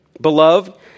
Beloved